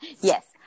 Yes